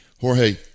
Jorge